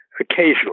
occasionally